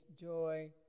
joy